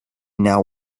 now